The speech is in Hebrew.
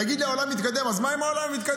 תגיד לי, העולם מתקדם, אז מה אם העולם מתקדם?